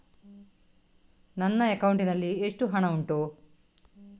ನನ್ನ ಅಕೌಂಟ್ ನಲ್ಲಿ ಎಷ್ಟು ಹಣ ಉಂಟು?